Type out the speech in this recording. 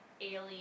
Alien